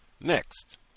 Next